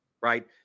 Right